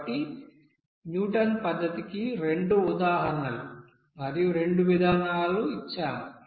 కాబట్టి న్యూటన్ పద్ధతికి రెండు ఉదాహరణలు మరియు రెండు విధానాలను ఇచ్చాము